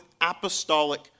apostolic